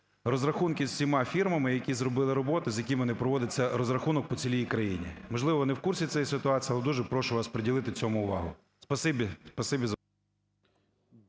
розрахунки з усіма фірмами, які зробили роботу, з якими не проводиться розрахунок по цілій країні. Можливо, ви не в курсі цієї ситуації, але дуже прошу вас приділити цьому увагу.